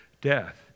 death